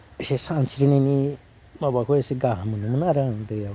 एसे सानस्रिनायनि माबाखौ एसे गाहाम मोनोमोन आरो आं दैयाव